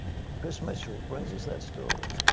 chris mitchell brings us that story.